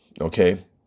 Okay